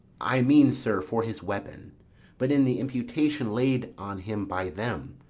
i mean, sir, for his weapon but in the imputation laid on him by them,